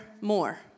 more